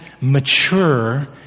mature